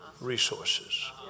resources